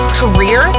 career